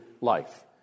life